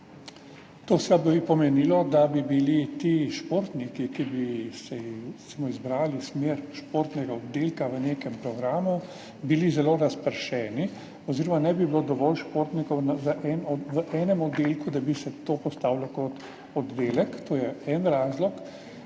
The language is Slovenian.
To bi seveda pomenilo, da bi bili ti športniki, ki bi si recimo izbrali smer športnega oddelka v nekem programu, zelo razpršeni oziroma ne bi bilo dovolj športnikov v enem oddelku, da bi se to postavilo kot oddelek. To je en razlog.